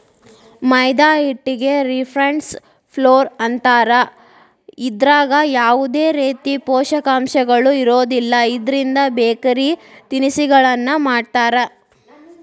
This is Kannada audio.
ಮೈದಾ ಹಿಟ್ಟಿಗೆ ರಿಫೈನ್ಡ್ ಫ್ಲೋರ್ ಅಂತಾರ, ಇದ್ರಾಗ ಯಾವದೇ ರೇತಿ ಪೋಷಕಾಂಶಗಳು ಇರೋದಿಲ್ಲ, ಇದ್ರಿಂದ ಬೇಕರಿ ತಿನಿಸಗಳನ್ನ ಮಾಡ್ತಾರ